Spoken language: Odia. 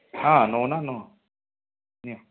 ହଁ ନେଉନ ନିଅ